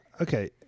okay